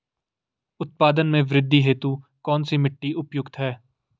उत्पादन में वृद्धि हेतु कौन सी मिट्टी उपयुक्त है?